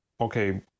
okay